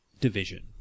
division